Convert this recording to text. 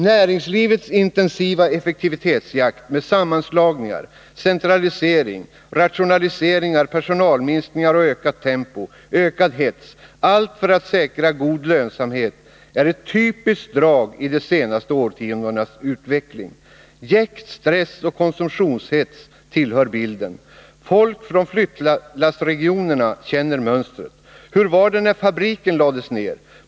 Näringslivets intensiva effektivitetsjakt med sammanslagningar, centralisering, rationaliseringar, personalminskningar och ökat tempo, ökad hets — allt för att säkra god lönsamhet — är ett typiskt drag i de senaste årtiondenas utveckling. Jäkt, stress och konsumtionshets tillhör bilden. Folk från ”flyttlassregionerna” känner mönstret. Hur var det när fabriken lades ner?